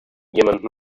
jemand